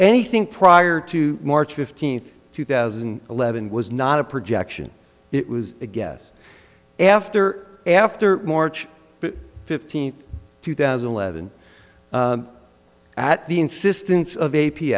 anything prior to march fifteenth two thousand and eleven was not a projection it was a guess after after march fifteenth two thousand and eleven at the insistence of